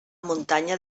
muntanya